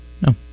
No